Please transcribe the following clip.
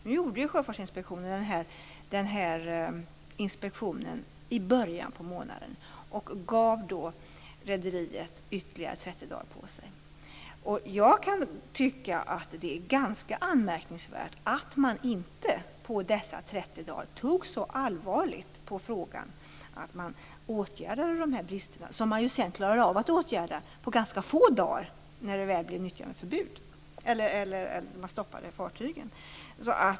Nu gjorde Sjöfartsinspektionen sin inspektion i början på månaden och gav då rederiet ytterligare 30 dagar på sig. Jag kan tycka att det är ganska anmärkningsvärt att man inte på dessa 30 dagar tog så allvarligt på frågan att man åtgärdade bristerna, som man sedan klarade av att åtgärda på ganska få dagar när fartygen väl stoppades.